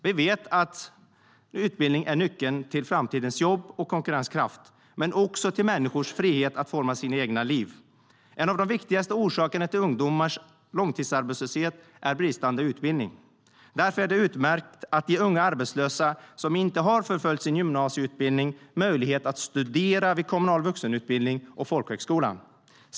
Vi vet att utbildning är nyckeln till framtidens jobb och konkurrenskraft men också till människors frihet att forma sina egna liv. En av de viktigaste orsakerna till ungdomars långtidsarbetslöshet är bristande utbildning. Därför är det utmärkt att ge unga arbetslösa som inte har fullföljt sin gymnasieutbildning möjlighet att studera vid kommunal vuxenutbildning och folkhögskola.